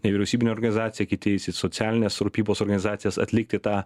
nevyriausybinė organizacija kiti eis į socialinės rūpybos organizacijas atlikti tą